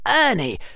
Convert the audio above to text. Ernie